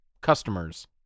customers